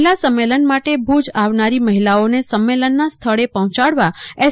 મહિલા સંમેલન માટે ભુજ આવનારી મફિલાઓને સંમેલનના સ્થળે પફોંચાડવા એસ